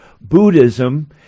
Buddhism